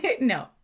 no